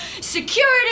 security